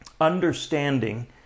Understanding